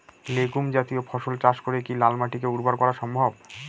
Legume জাতীয় ফসল চাষ করে কি লাল মাটিকে উর্বর করা সম্ভব?